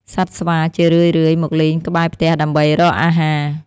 សត្វស្វាជារឿយៗមកលេងក្បែរផ្ទះដើម្បីរកអាហារ។